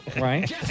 Right